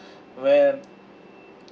when